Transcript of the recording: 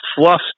fluff